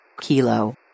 Kilo